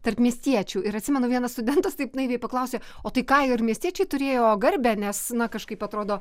tarp miestiečių ir atsimenu vienas studentas taip naiviai paklausė o tai ką ir miestiečiai turėjo garbę nes na kažkaip atrodo